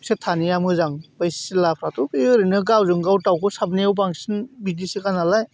बेसोर थानाया मोजां बे सिलाफ्राथ' ओरैनो गावजोंगाव दाउखौ साबनायाव बांसिन बिदिसोखा नालाय